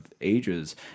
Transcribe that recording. ages